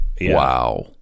Wow